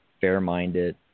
fair-minded